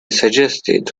suggested